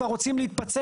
כבר רוצים להתפצל.